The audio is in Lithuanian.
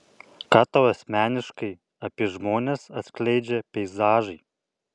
ką tau asmeniškai apie žmones atskleidžia peizažai